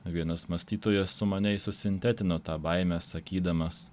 vienas mąstytojas sumaniai susintetino tą baimę sakydamas